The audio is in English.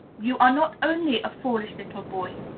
you are not only a foolish little boy,